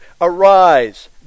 Arise